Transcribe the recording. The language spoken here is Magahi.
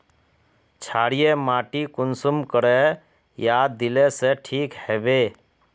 क्षारीय माटी कुंसम करे या दिले से ठीक हैबे?